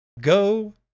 Go